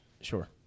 sure